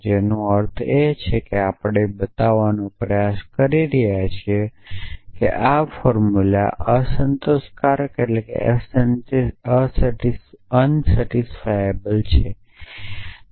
જેનો અર્થ છે કે આપણે બતાવવાનો પ્રયાસ કરી રહ્યા છીએ કે આ ફોર્મુલા અસંતોષકારક છે